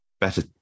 better